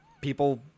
people